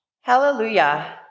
Hallelujah